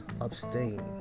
abstain